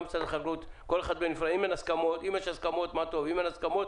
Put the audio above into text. אם יש הסכמות מה טוב, אם אין הסכמות